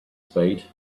spade